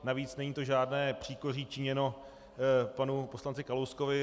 Navíc není to žádné příkoří činěné panu poslanci Kalouskovi.